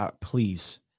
Please